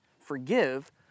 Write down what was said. forgive